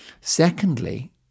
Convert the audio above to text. secondly